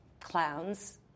clowns